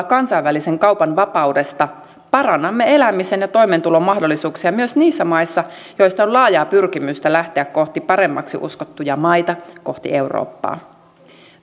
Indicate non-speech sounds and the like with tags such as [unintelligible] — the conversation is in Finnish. [unintelligible] kansainvälisen kaupan vapaudesta parannamme elämisen ja toimeentulon mahdollisuuksia myös niissä maissa joista on laajaa pyrkimystä lähteä kohti paremmaksi uskottuja maita kohti eurooppaa